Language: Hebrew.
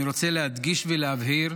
אני רוצה להדגיש ולהבהיר: